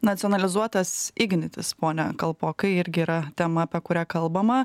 nacionalizuotas ignitis pone kalpokai irgi yra tema apie kurią kalbama